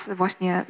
właśnie